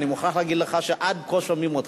אני מוכרח להגיד לך שעד פה שומעים אותך,